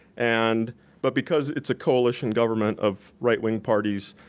and but because it's a coalition government of right-wing parties,